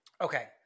Okay